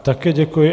Také děkuji.